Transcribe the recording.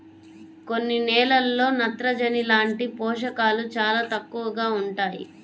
కొన్ని నేలల్లో నత్రజని లాంటి పోషకాలు చాలా తక్కువగా ఉంటాయి